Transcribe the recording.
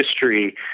history